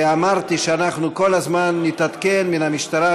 ואמרתי שאנחנו כל הזמן נתעדכן מהמשטרה,